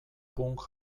punk